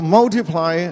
multiply